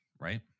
right